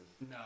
No